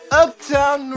uptown